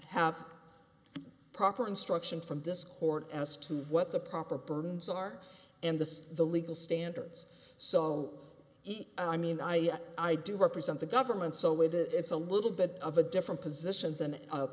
have proper instruction from this court as to what the proper burdens are and the the legal standards so i mean i i do represent the government so it is it's a little bit of a different position